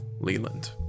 Leland